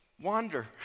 wander